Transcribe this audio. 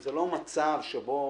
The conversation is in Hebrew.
זה לא מצב שבו